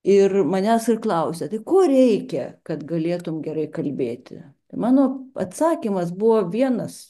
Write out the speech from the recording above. ir manęs ir klausia tai ko reikia kad galėtum gerai kalbėti mano atsakymas buvo vienas